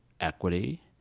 equity